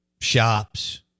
shops